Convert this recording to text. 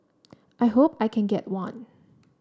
I hope I can get one